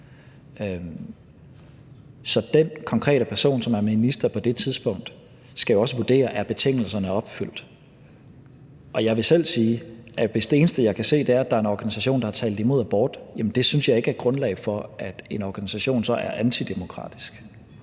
Så den konkrete person, som er minister på det tidspunkt, skal jo også vurdere, om betingelserne er opfyldt, og jeg vil selv sige, at jeg, hvis det eneste, jeg kan se, er, at der er en organisation, der har talt imod abort, så ikke synes, at det er grundlag for, at organisationen så er antidemokratisk.